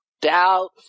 Doubt